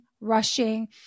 rushing